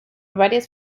varias